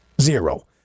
Zero